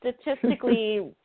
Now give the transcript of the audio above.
statistically